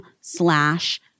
slash